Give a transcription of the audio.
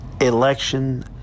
Election